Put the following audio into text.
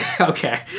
Okay